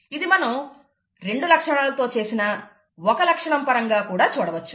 ఇది మనం రెండు లక్షణాలతో చేసినా ఒక లక్షణం పరంగా కూడా చూడవచ్చు